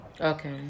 Okay